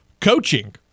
coaching